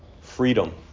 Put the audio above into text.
freedom